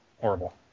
Horrible